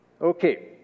Okay